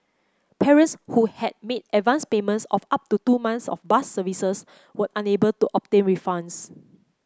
parents who had made advance payments of up to two months of bus services were unable to obtain refunds